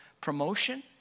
promotion